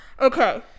Okay